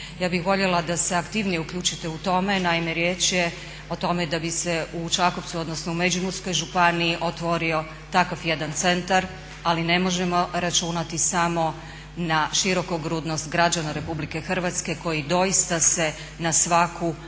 Ja bih voljela da se aktivnije uključite u to. Naime, riječ je o tome da bi se u Čakovcu, odnosno u Međimurskoj županiji otvorio takav jedan centar, ali ne možemo računati samo na širokogrudnost građana RH koji doista se na svaku ovakvu